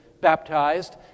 baptized